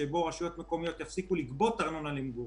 שבו רשויות מקומיות יפסיקו לגבות ארנונה למגורים.